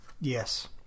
yes